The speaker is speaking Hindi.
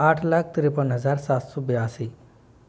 आठ लाख तिरपन हज़ार सात सौ बयासी